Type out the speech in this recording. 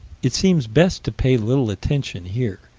it seems best to pay little attention here,